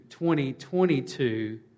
2022